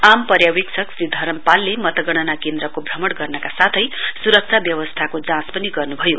आम पर्यावेक्षक श्री धरम पालले मतगणना केन्द्रको भ्रमण गर्नका साथै स्रक्षा व्यवस्थाको जाँच पनि गर्न भयो